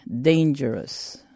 dangerous